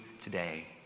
today